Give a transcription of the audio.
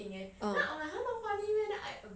hmm